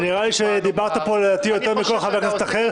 נראה לי שדיברת פה לדעתי יותר מכל חבר כנסת אחר.